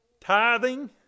tithing